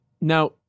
Now